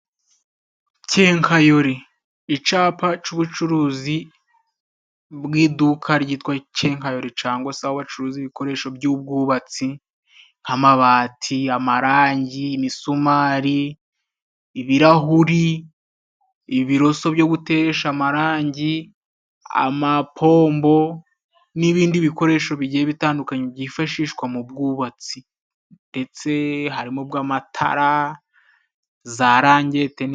Kenkayori, icapa c'ubucuruzi bw'iduka ryitwa kenkayori cangwa se aho bacuruza ibikoresho by'ubwubatsi nk'amabati, amarangi, imisumari, ibirahuri, ibiroso byo guteresha amarangi, amapombo n'ibindi bikoresho bigiye bitandukanye byifashishwa mu bwubatsi, ndetse harimo bw'amatara za rangete.